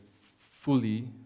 fully